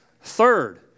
Third